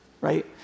right